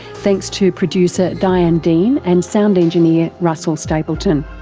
thanks to producer diane dean and sound engineer russell stapleton.